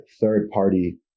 third-party